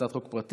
הצעת חוק פרטית,